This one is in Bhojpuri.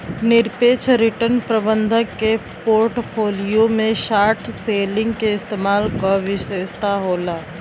निरपेक्ष रिटर्न प्रबंधक के पोर्टफोलियो में शॉर्ट सेलिंग के इस्तेमाल क विशेषता होला